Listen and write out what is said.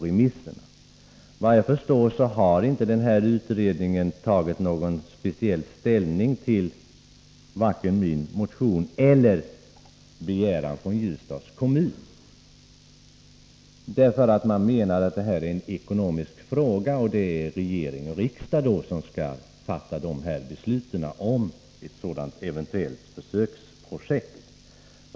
Efter vad jag förstår har denna utredning inte tagit ställning vare sig till min motion eller till begäran från Ljusdals kommun. Utredningen menar att detta är en ekonomisk fråga och att det därför är regering och riksdag som skall fatta besluten om ett eventuellt försöksprojekt.